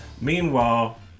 Meanwhile